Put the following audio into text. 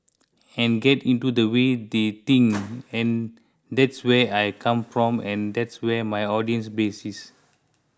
and get into the way they think and that's where I come from and that's where my audience base is